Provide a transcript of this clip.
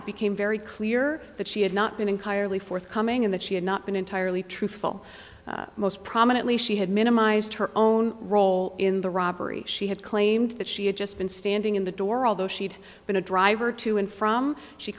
it became very clear that she had not been entirely forthcoming in that she had not been entirely truthful most prominently she had minimized her own role in the robbery she had claimed that she had just been standing in the door although she'd been a driver to and from she